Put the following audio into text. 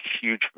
huge